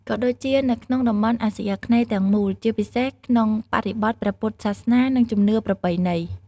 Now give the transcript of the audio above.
ក៏ដូចជានៅក្នុងតំបន់អាស៊ីអាគ្នេយ៍ទាំងមូល ជាពិសេសក្នុងបរិបទព្រះពុទ្ធសាសនា និងជំនឿប្រពៃណី។